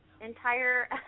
entire